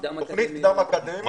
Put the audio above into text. קדם אקדמאית --- תוכנית קדם אקדמית